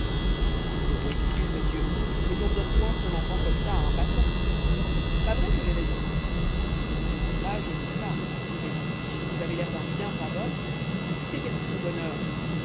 pardon excuse monsieur mais on ne donne point son enfant comme ça à un passant pas vrai que j'ai raison après cela je ne dis pas vous êtes riche vous avez l'air d'un bien brave homme si c'était pour son bonheur